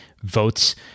votes